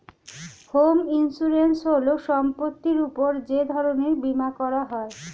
home insurance হল সম্পত্তির উপর যে ধরনের বীমা করা হয়